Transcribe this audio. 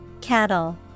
Cattle